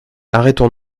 arrêtons